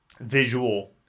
visual